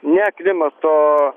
ne klimato